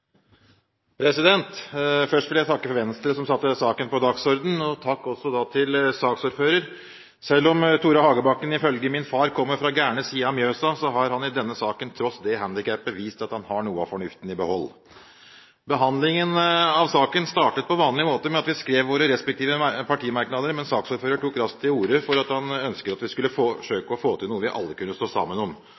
Først vil jeg takke Venstre, som satte saken på dagsordenen. Takk også til saksordføreren. Selv om Tore Hagebakken ifølge min far kommer fra «gærne» siden av Mjøsa, har han i denne saken, tross det handikapet, vist at han har noe av fornuften i behold. Behandlingen av saken startet på vanlig måte, med at vi skrev våre respektive partimerknader, men saksordføreren tok raskt til orde for at han ønsket at vi skulle forsøke å få til noe vi alle kunne stå sammen om.